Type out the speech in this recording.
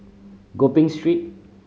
Gopeng Street